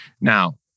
Now